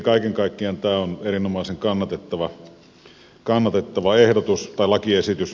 kaiken kaikkiaan tämä on erinomaisen kannatettava lakiesitys